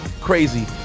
crazy